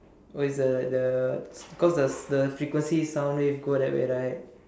oh it's a the cause the the frequency of sound wave go that way right